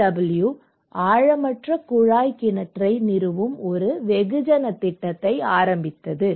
W ஆழமற்ற குழாய் கிணற்றை நிறுவும் ஒரு வெகுஜன திட்டத்தை ஆரம்பித்தது